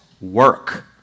work